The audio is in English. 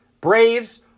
Braves